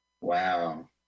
Wow